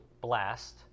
blast